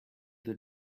the